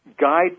guide